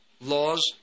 laws